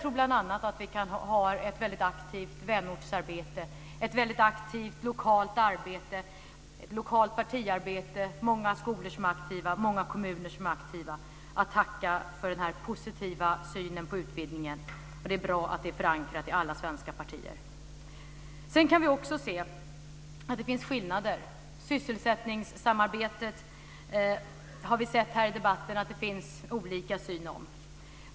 Vi har bl.a. ett väldigt aktivt vänortsarbete och lokalt partiarbete. Vi har också många aktiva skolor och kommuner att tacka för denna positiva syn på utvidgningen. Det är bra att den är förankrad i alla svenska partier. Vi kan också se att det finns skillnader. Vi har här i debatten fått höra att det finns olika sätt att se på sysselsättningssamarbetet.